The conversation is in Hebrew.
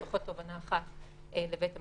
לפחות תובענה אחת לבית המשפט.